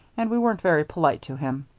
and we weren't very polite to him.